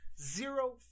zero